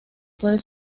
puede